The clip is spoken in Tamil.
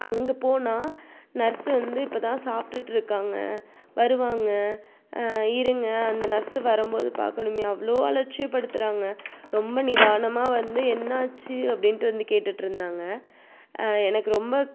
அங்கே போனால் நர்ஸ்ஸு வந்து இப்போ தான் சாப்பிட்டுட்டு இருக்காங்க வருவாங்க இருங்க அந்த நர்ஸு வரும்போது பார்க்கணுமே அவ்வளோ அலட்சியப்படுத்துறாங்க ரொம்ப நிதானமாக வந்து என்னாச்சு அப்படின்ட்டு வந்து கேட்டுகிட்டு இருந்தாங்க எனக்கு ரொம்ப